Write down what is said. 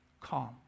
calm